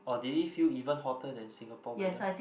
or did it feel even hotter than Singapore weather